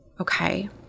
okay